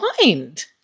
mind